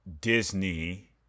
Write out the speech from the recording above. Disney